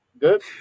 Good